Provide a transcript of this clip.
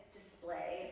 display